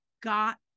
got